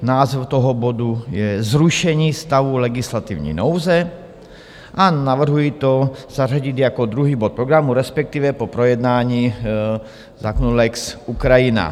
Název toho bodu je Zrušení stavu legislativní nouze a navrhuji to zařadit jako druhý bod programu, respektive po projednání zákona lex Ukrajina.